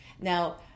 Now